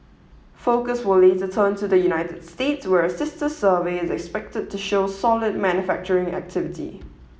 focus will later turn to the United States where a sister survey is expected to show solid manufacturing activity